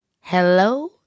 hello